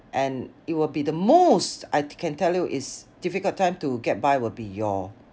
and it will be the most I can tell you is difficult time to get by will be your